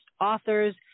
authors